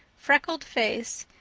freckled face,